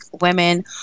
women